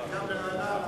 ברמת-גן, ברעננה.